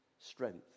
strength